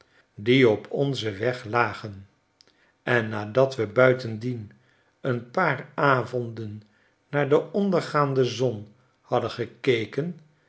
die op onzen weg lagen en nadat we buitendien een paar avonden naar de ondergaande zon hadden gekeken